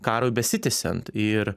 karui besitęsiant ir